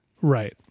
Right